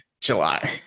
July